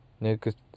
next